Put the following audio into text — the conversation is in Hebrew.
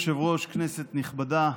אדוני היושב-ראש, כנסת נכבדה,